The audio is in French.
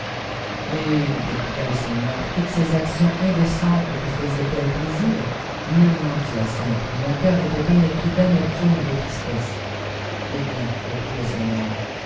et répliqua le seigneur toutes ces actions indécentes te faisaîentelles plaisir nullement dit la sainte mon cœur était pénétré d's d amertume et de tristesse eh bien reprit le sauveur